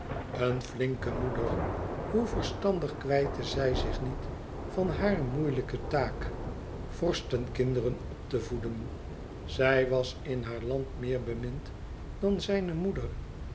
een flinke moeder hoe verstandig kwijtte zij zich niet van hare moeilijke taak vorstenkinderen op te voeden zij was in haar land meer bemind dan zijne moeder